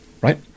right